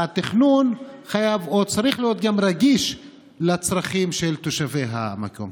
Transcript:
התכנון חייב או צריך להיות גם רגיש לצרכים של תושבי המקום.